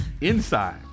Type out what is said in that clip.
Inside